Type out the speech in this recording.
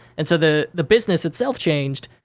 and so, the the business itself changed,